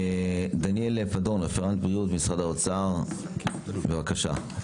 דניאל פדון, רפרנט בריאות, משרד האוצר, בבקשה.